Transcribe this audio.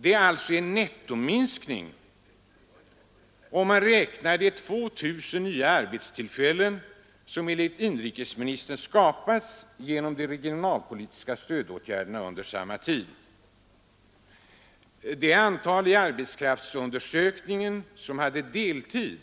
Det är en nettominskning om man räknar de 2 000 nya arbetstillfällen som enligt vad inrikesministern sade har tillkommit genom de regionalpolitiska stödåtgärderna under samma tid. Det antal människor som enligt arbetskraftsundersökningen arbetade på deltid